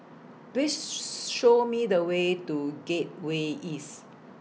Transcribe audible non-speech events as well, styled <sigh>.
Please <noise> Show Me The Way to Gateway East